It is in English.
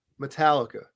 Metallica